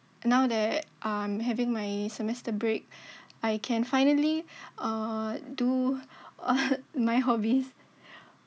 now that I'm having my semester break I can finally uh do uh my hobbies